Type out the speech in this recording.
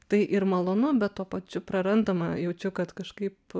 tai ir malonu bet tuo pačiu prarandama jaučiu kad kažkaip